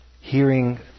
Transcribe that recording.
hearing